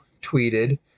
tweeted